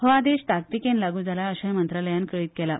हो आदेश ताकतिकेन लागू जाला अशेय मंत्रालयान कळित केला